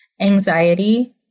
anxiety